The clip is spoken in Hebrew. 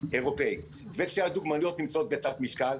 אירופי וכשהדוגמניות נמצאות בתת-משקל,